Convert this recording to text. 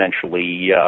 essentially